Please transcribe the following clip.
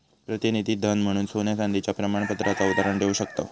प्रतिनिधी धन म्हणून सोन्या चांदीच्या प्रमाणपत्राचा उदाहरण देव शकताव